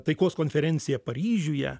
taikos konferenciją paryžiuje